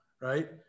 right